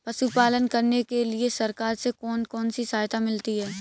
पशु पालन करने के लिए सरकार से कौन कौन सी सहायता मिलती है